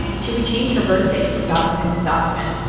she would change her birthday from document to document.